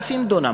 9,000 דונם.